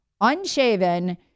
unshaven